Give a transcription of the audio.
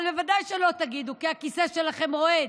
אבל בוודאי שלא תגידו, כי הכיסא שלכם רועד,